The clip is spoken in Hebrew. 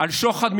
על שוחד,